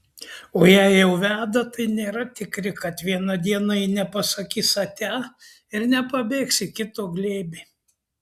o jei jau veda tai nėra tikri kad vieną dieną ji nepasakys atia ir nepabėgs į kito glėbį